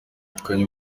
yegukana